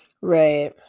right